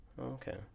Okay